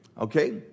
Okay